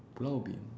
pulau ubin